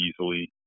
easily